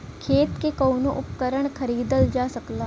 खेती के कउनो उपकरण खरीदल जा सकला